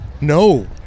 No